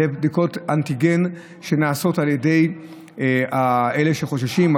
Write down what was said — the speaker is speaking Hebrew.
לבדיקות אנטיגן שנעשות על ידי אלה שחוששים,